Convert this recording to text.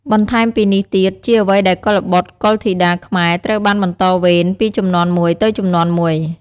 ទន្ទឹមពីនេះទៀត ជាអ្ចីដែលកុលបុត្រកុលធីតាខ្មែរត្រូវបានបន្តវេនពីជំនាន់មួយទៅជំនាន់មួយ។